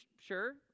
sure